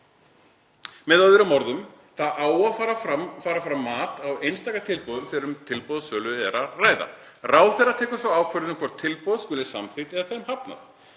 Með öðrum orðum á að fara fram mat á einstökum tilboðum þegar um tilboðssölu er að ræða. Ráðherra tekur svo ákvörðun um hvort tilboð skuli samþykkt eða þeim hafnað.